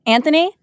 Anthony